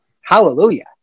hallelujah